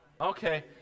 Okay